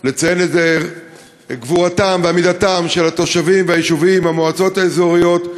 לציין את גבורתם ועמידתם של התושבים והיישובים במועצות האזוריות,